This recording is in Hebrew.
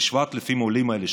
ל-7,000 העולים האלה,